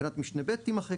תקנת משנה (ב) - תימחק.